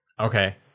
Okay